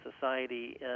Society